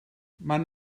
man